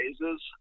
phases